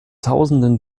tausenden